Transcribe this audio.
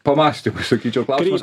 pamąstymui sakyčiau klausimas